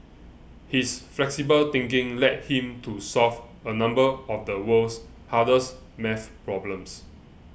his flexible thinking led him to solve a number of the world's hardest maths problems